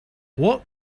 what